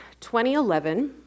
2011